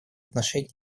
отношении